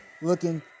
looking